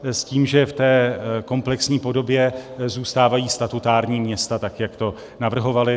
S tím, že v té komplexní podobě zůstávají statutární města, tak jak to navrhovali.